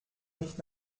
nicht